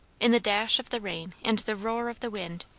in the dash of the rain and the roar of the wind,